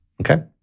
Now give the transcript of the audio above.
Okay